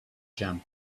jam